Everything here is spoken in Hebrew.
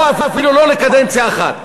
אפילו לא לקדנציה אחת.